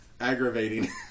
aggravating